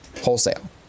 Wholesale